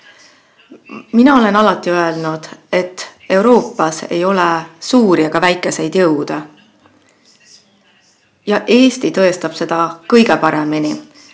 olen alati öelnud, et Euroopas ei ole suuri ega väikeseid jõude. Ja Eesti tõestab seda kõige paremini.